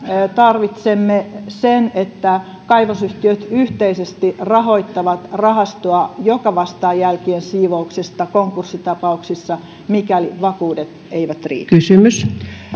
tarvitsemme sen että kaivosyhtiöt yhteisesti rahoittavat rahastoa joka vastaa jälkien siivouksesta konkurssitapauksissa mikäli vakuudet eivät riitä